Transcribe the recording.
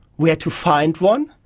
where to find one,